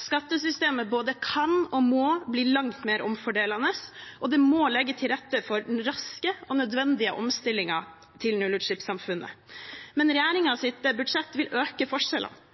Skattesystemet både kan og må bli langt mer omfordelende, og det må legge til rette for den raske og nødvendige omstillingen til nullutslippssamfunnet. Men regjeringens budsjett vil øke forskjellene.